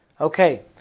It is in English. Okay